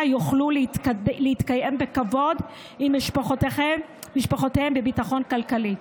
יוכלו להתקיים בכבוד עם משפחותיהם בביטחון כלכלי.